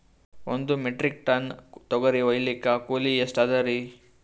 ಒಂದ್ metric ton ತೊಗರಿ ಹೋಯಿಲಿಕ್ಕ ಕೂಲಿ ಎಷ್ಟ ಅದರೀ?